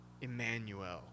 Emmanuel